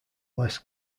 les